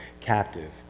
captive